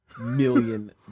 million